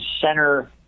center